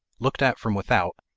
looked at from without,